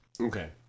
Okay